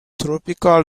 tropical